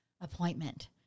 appointment